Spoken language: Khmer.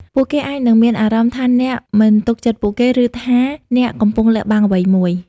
ពួកគេអាចនឹងមានអារម្មណ៍ថាអ្នកមិនទុកចិត្តពួកគេ ឬថាអ្នកកំពុងលាក់បាំងអ្វីមួយ។